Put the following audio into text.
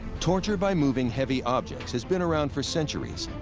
torture by moving heavy objects has been around for centuries.